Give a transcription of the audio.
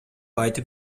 айтып